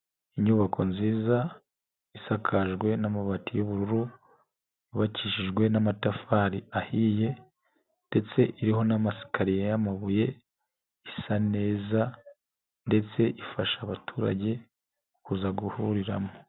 Inyubako nziza isakajwe n'amabati y'ubururu, yubakikijwe n'amatafari ahiye ndetse iriho n'amasikariya y'amabuye, isa neza ndetse ifasha abaturage kuza guhuriramo.